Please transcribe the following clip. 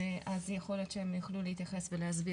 אז יכול להיות שהם יוכלו להתייחס ולהסביר.